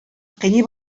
кыйный